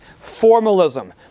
formalism